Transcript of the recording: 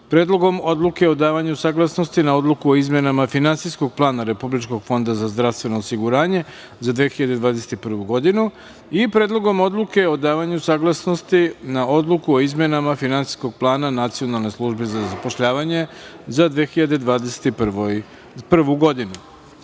Predlogom Odluke o davanju saglasnosti na Odluku o izmenama Finansijskog plana Republičkog fonda za zdravstveno osiguranje za 2021. godinu i Predlogom odluke o davanju saglasnosti na Odluku o izmenama Finansijskog plana Nacionalne službe za zapošljavanje za 2021.